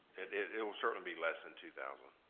it will certainly be less than two thousand,